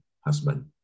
husband